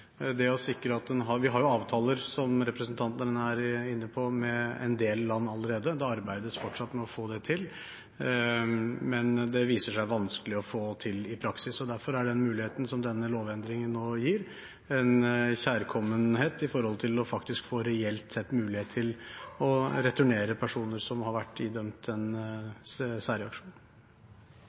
har vi avtaler med en del land allerede, og det arbeides fortsatt med å få det til. Men det viser seg vanskelig å få til i praksis. Derfor er muligheten som denne lovendringen nå gir, kjærkommen for reelt sett å få mulighet til å returnere personer som har vært idømt en særreaksjon.